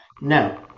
Now